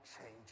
change